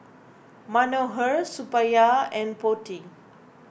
Manohar Suppiah and Potti